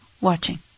watching